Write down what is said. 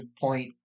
point